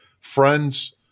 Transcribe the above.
friends